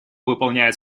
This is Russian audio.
выполняет